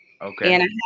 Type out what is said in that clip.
Okay